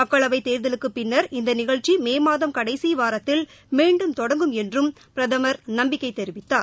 மக்களவைத் தேர்தலுக்கு பின்னர் இந்த நிகழ்ச்சி மே மாதம் கடைசி வாரத்தில் மீண்டும் தொடங்கும் என்றும் பிரதமர் நம்பிக்கைத் தெரிவித்தார்